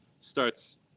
starts